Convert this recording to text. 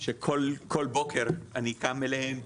שכל בוקר אני קם אליהם.